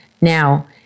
Now